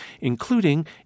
including